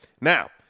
Now